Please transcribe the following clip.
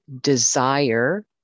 desire